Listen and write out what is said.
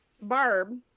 Barb